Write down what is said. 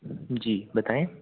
जी बताएँ